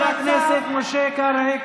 חבר הכנסת משה קרעי,